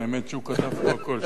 האמת שהוא כתב פה הכול,